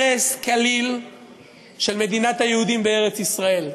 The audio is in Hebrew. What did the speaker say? הרס כליל של מדינת היהודים בארץ-ישראל.